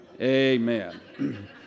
Amen